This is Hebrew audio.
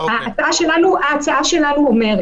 ההצעה שלנו אומרת,